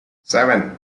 seven